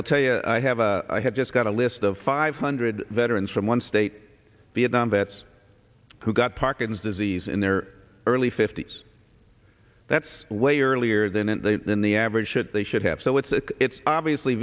will tell you i have a i have just got a list of five hundred veterans from one state vietnam vets who got parkinson's disease in their early fifty's that's way earlier than an in the average should they should have so it's a it's obviously